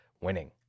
winning